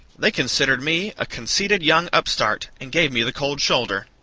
they considered me a conceited young upstart, and gave me the cold shoulder.